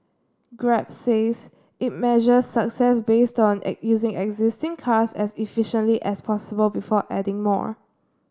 Grab says it measures success based on using existing cars as efficiently as possible before adding more